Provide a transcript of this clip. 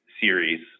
series